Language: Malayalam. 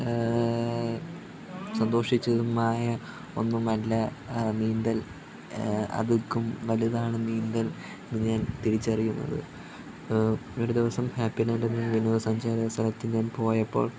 സന്തോഷിച്ചതുമായ ഒന്നും അല്ല നീന്തൽ അതുക്കും വലുതാണ് നീന്തൽ എന്ന് ഞാൻ തിരിച്ചറിയുന്നത് ഒരു ദിവസം ഹാപ്പി ലാൻഡ് എന്ന വിനോദ സഞ്ചാര സ്ഥലത്ത് ഞാൻ പോയപ്പോൾ